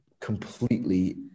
completely